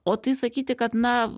o tai sakyti kad na